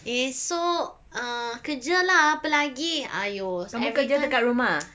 esok uh kerja lah apa lagi !aiyo! so everytime